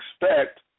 expect